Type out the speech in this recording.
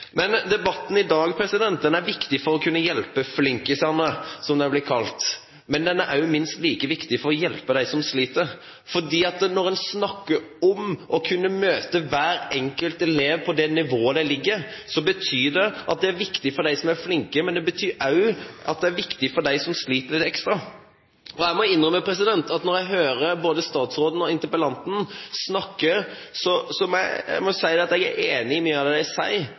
Debatten i dag er viktig for å kunne hjelpe «flinkisene», som de blir kalt, men den er minst like viktig for å hjelpe dem som sliter. For når en snakker om å kunne møte hver enkelt elev på det nivået de ligger, er det viktig for dem som er flinke, men det er også viktig for dem som sliter litt ekstra. Jeg må innrømme at når jeg hører statsråden og interpellanten snakke, er jeg enig i mye av det de sier, men jeg er ikke nødvendigvis sikker på at politikken de fører, er den som er med